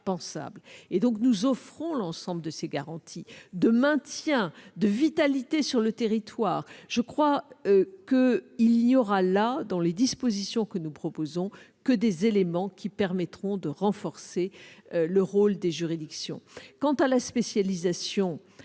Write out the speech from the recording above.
! Nous offrons donc toutes ces garanties de maintien de vitalité sur le territoire. Il n'y aura dans les dispositions que nous proposons que des éléments qui permettront de renforcer le rôle des juridictions. Quant à la spécialisation